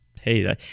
hey